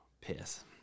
Piss